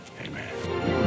Amen